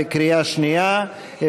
בקריאה שנייה.